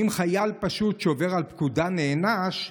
אם חייל פשוט שעובר על פקודה נענש,